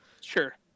sure